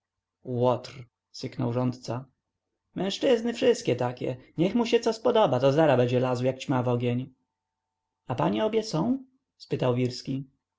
łotr syknął rządca mężczyzny wszystkie takie niech mu się co podoba to zara będzie lazł jak ćma w ogień a panie obie są spytał wirski